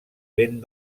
vent